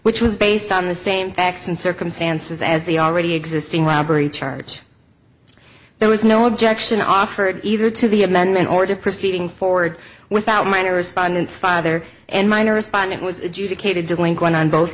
which was based on the same facts and circumstances as the already existing robbery charge there was no objection offered either to the amendment or to proceeding forward without minor respondents father and minor respondent was due to katie delinquent on both